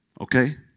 Okay